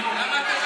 אופיר,